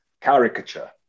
caricature